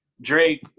Drake